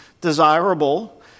desirable